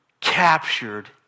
captured